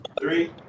three